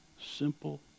simple